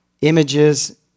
images